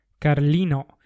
carlino